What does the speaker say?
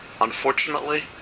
unfortunately